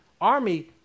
army